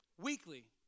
Weekly